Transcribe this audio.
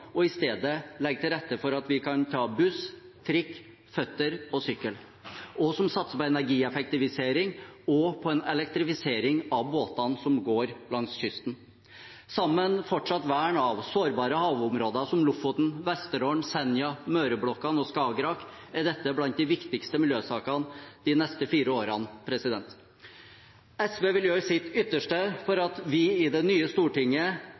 og i stedet legger til rette for at vi kan ta buss, trikk, føtter og sykkel, og som satser på energieffektivisering og på en elektrifisering av båtene som går langs kysten. Sammen med fortsatt vern av sårbare havområder som Lofoten, Vesterålen, Senja, Møreblokkene og Skagerrak er dette blant de viktigste miljøsakene de neste fire årene. SV vil gjøre sitt ytterste for at vi i det nye stortinget